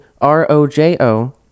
R-O-J-O